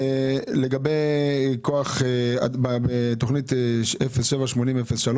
לגבי תוכנית 07-80-03